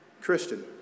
Christian